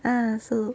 ah soup